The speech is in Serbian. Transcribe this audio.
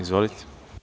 Izvolite.